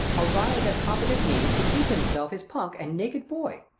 arrive at competent means to keep himself, his punk and naked boy,